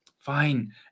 Fine